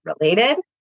related